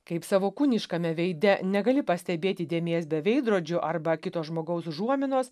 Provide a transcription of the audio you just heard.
kaip savo kūniškame veide negali pastebėti dėmės be veidrodžio arba kito žmogaus užuominos